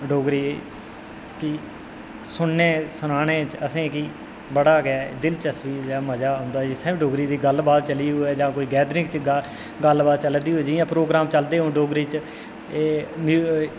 डोगरी गी सुनने सनाने च असेंगी बड़ा गै दिलचस्पी ते मजा औंदा जित्थै डोगरी दी गल्ल बात चली दी होऐ जां गैदरिंग गल्ल बात चला दी होऐ जि'यां प्रोग्राम चलदे अजकल एह् बी